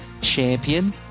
Champion